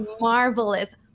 marvelous